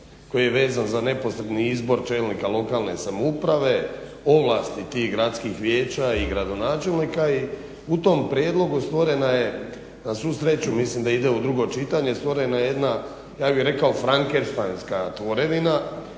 koji je vezan za neposredni izbor čelnika lokalne samouprave, ovlasti tih gradskih vijeća i gradonačelnika i u tom prijedlogu stvorena je, na svu sreću mislim da ide u drugo čitanje, stvorena je jedna ja bih rekao frankenštajnska tvorevina.